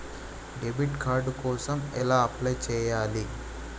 Debit card కోసం ఎలా apply చేయాలి?